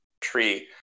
tree